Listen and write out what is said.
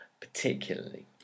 particularly